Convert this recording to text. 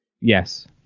Yes